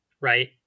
right